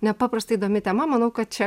nepaprastai įdomi tema manau kad čia